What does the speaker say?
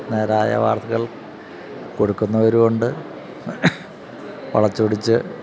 നേരായ വാർത്തകൾ കൊടുക്കുന്നവരുമുണ്ട് വളച്ചൊടിച്ച്